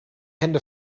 hände